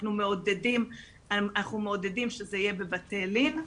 אנחנו מעודדים שזה יהיה בבתי לין.